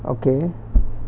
okay